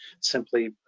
simply